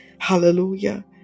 Hallelujah